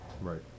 Right